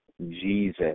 Jesus